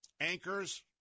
anchors